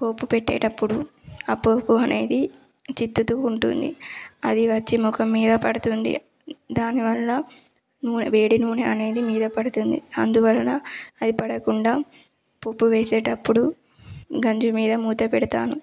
పోపు పెట్టేటప్పుడు ఆ పోపు అనేది చిట్లుతు ఉంటుంది అది వచ్చి మఖం మీద పడుతుంది దానివల్ల నూనె వేడి నూనె అనేది మీద పడుతుంది అందువలన అది పడకుండా పోపు వేసేటప్పుడు గంజి మీద మూత పెడతాను